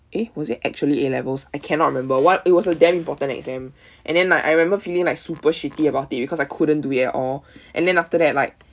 eh was actually A levels I cannot remember what it was a damn important exam and then like I remember feeling like super shitty about it because I couldn't do it at all and then after that like